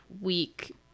week